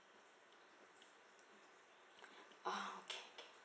okay can